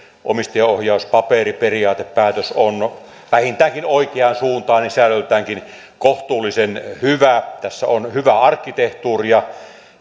omistajaohjauspaperi periaatepäätös on vähintäänkin oikeansuuntainen ja sisällöltäänkin kohtuullisen hyvä tässä on hyvää arkkitehtuuria